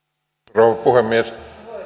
rouva puhemies